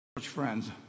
friends